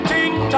Ting